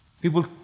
People